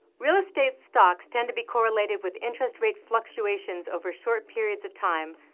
real estate stocks tend to be correlated with interest rate fluctuations over short periods of time,